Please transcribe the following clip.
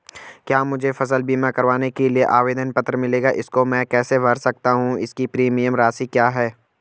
क्या मुझे फसल बीमा करवाने के लिए आवेदन पत्र मिलेगा इसको मैं कैसे भर सकता हूँ इसकी प्रीमियम राशि क्या है?